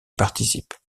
participent